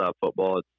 football